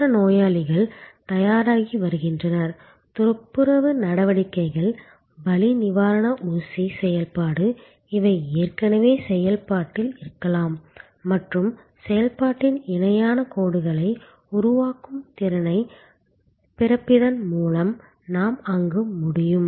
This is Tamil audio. மற்ற நோயாளிகள் தயாராகி வருகின்றனர் துப்புரவு நடவடிக்கைகள் வலி நிவாரண ஊசி செயல்பாடு இவை ஏற்கனவே செயல்பாட்டில் இருக்கலாம் மற்றும் செயல்பாட்டின் இணையான கோடுகளை உருவாக்கும் திறனைப் பிரிப்பதன் மூலம் நாம் அங்கு முடியும்